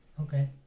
Okay